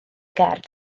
gerdd